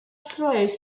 flows